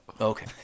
Okay